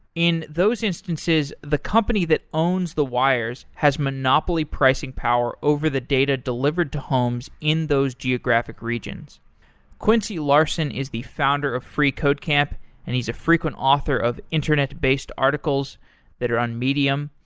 in those instances, the company that owns the wires has monopoly pricing power over the data delivered to homes in those geographic regions quincy larson is the founder of freecodecamp and he's a frequent author of internet based articles that are on medium.